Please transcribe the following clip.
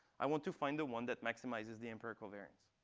i want to find the one that maximizes the empirical variance.